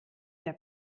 der